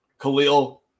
Khalil